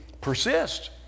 persist